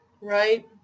right